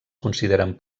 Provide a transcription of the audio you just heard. consideren